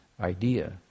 idea